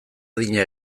adina